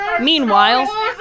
Meanwhile